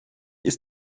ist